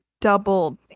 doubled